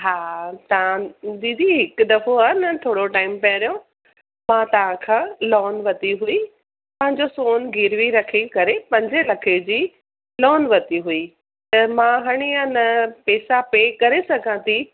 हा तव्हां दीदी हिकु दफ़ो आहे न थोरो टाइम पहिरियों मां तव्हां खां लोन वरिती हुई पंहिंजो सोन गिरवी रखी करे पंजे लखे जी लोन वरिती हुई त मां हाणे आहे न पैसा पे करे सघां थी